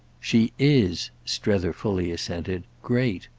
she is strether fully assented great!